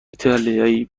ایتالیایی